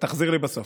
תחזיר לי בסוף.